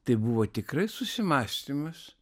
tai buvo tikrai susimąstymas